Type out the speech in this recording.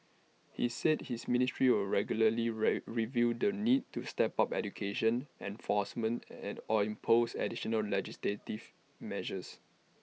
he said his ministry will regularly review the need to step up education enforcement and or impose additional legislative measures